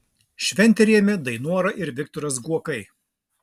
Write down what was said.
šventę rėmė dainora ir viktoras guokai